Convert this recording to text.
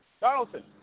Donaldson